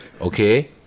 okay